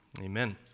Amen